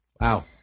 Wow